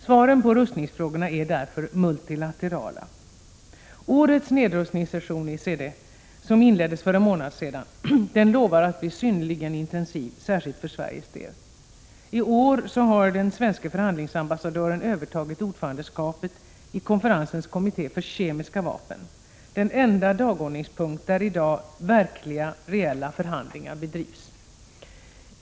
Svaren på rustningsfrågorna är därför multilaterala. Årets nedrustningssession i CD, som inleddes för en månad sedan, lovar att bli synnerligen intensiv, särskilt för Sveriges del. I år har den svenske förhandlingsambassadören övertagit ordförandeskapet i konferensens kommitté för kemiska vapen — den enda dagordningspunkt där i dag reella förhandlingar bedrivs.